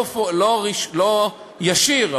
לא באופן ישיר,